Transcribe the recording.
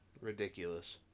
Ridiculous